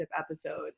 episode